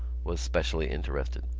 was specially interested.